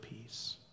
peace